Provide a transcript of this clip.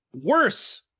Worse